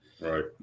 right